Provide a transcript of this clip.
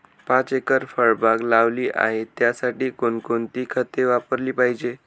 पाच एकर फळबाग लावली आहे, त्यासाठी कोणकोणती खते वापरली पाहिजे?